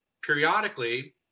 periodically